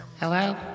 Hello